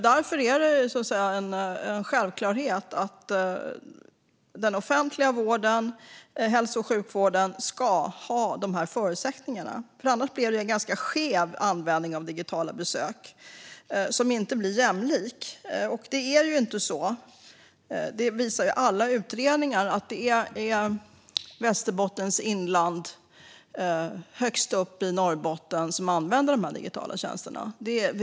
Därför är det en självklarhet att den offentliga hälso och sjukvården ska ha dessa förutsättningar. Annars blir det en skev användning av digitala besök, som inte blir jämlik. Alla utredningar visar att det inte är boende i Västerbottens inland eller högst upp i Norrbotten som använder de digitala tjänsterna.